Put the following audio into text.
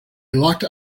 locked